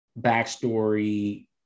backstory